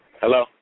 Hello